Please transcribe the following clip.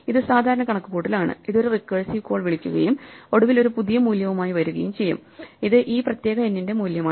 ഇത് സാധാരണ കണക്കുകൂട്ടലാണ് ഇത് ഒരു റിക്കേഴ്സീവ് കോൾ വിളിക്കുകയും ഒടുവിൽ ഒരു പുതിയ മൂല്യവുമായി വരികയും ചെയ്യും ഇത് ഈ പ്രത്യേക n ന്റെ മൂല്യമാണ്